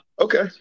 Okay